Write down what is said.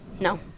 No